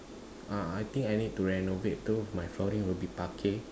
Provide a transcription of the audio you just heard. ah I think I need too renovate cause my flooring will be parquet